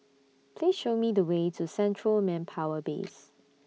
Please Show Me The Way to Central Manpower Base